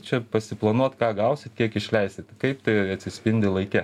čia pasiplanuot ką gausit kiek išleisit kaip tai atsispindi laike